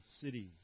cities